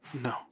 No